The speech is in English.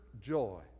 joy